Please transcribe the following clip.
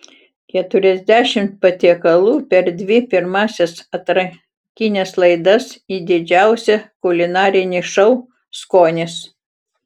keturiasdešimt patiekalų per dvi pirmąsias atrankines laidas į didžiausią kulinarinį šou skonis